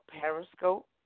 Periscope